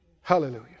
Hallelujah